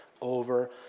over